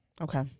Okay